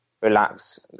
relax